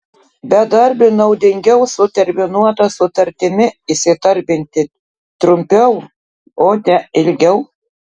bedarbiui naudingiau su terminuota sutartimi įsidarbinti trumpiau o ne ilgiau